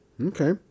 Okay